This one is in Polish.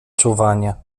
czuwanie